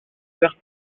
vert